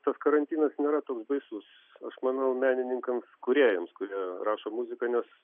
tas karantinas nėra toks baisus aš manau menininkam kūrėjams kurie rašo muziką nes